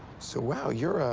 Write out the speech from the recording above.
so wow. you're, ah.